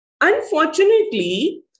Unfortunately